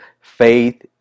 Faith